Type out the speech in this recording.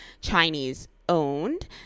Chinese-owned